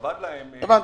אם אבד להם דרכון.